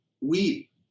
Weep